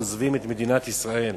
עוזבים את מדינת ישראל.